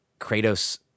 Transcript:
Kratos